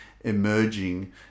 emerging